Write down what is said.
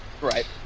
Right